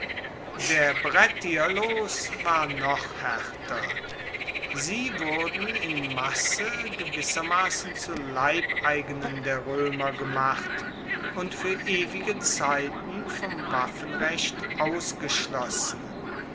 der brettier los war noch haerter sie wurden in masse gewissermassen zu leibeigenen der roemer gemacht und fuer ewige zeiten vom waffenrecht ausgeschlossen